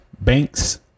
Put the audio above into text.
banks